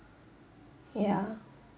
ya